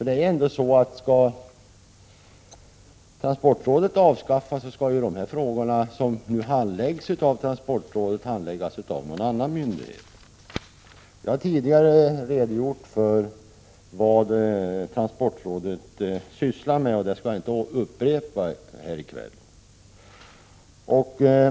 Det är ju ändå så att om transportrådet avskaffas måste de uppgifter som rådet handlägger skötas 163 Prot. 1986/87:127 av någon annan myndighet. Jag har tidigare redogjort för vad transportrådet sysslar med, och det skall jag inte upprepa här i kväll.